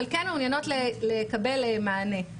אבל כן מעוניינות לקבל מענה.